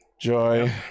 Joy